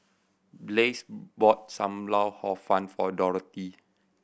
Blaise bought Sam Lau Hor Fun for Dorathy